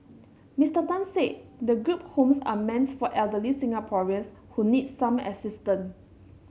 Mister Tan said the group homes are meant for elderly Singaporeans who need some assistance